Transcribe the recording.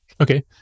okay